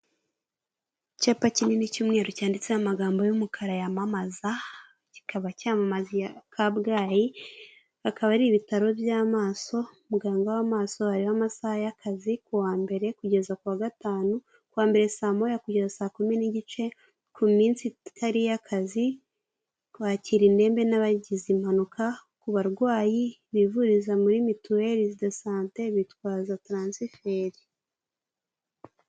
Icyapa kinini cyumweru cyanditseho amagambo y'umukara yamamaza, kikaba cyamamaza i Kabgayi, akaba ari ibitaro by'amaso, muganga w'amaso hariho amasaha y'akazi kuwa mbere kugeza ku wa gatanu, ku wa mbere saa moya kugeza saa kumi n'igice ku minsi itari iy'akazi twakira indembe n'abagize impanuka, ku barwayi bivuriza muri mituweli do sante bitwaza taransiferi.